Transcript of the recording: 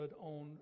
on